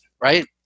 right